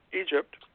Egypt